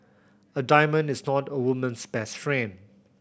a diamond is not a woman's best friend